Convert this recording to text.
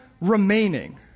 remaining